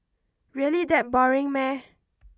really that boring meh